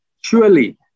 surely